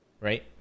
right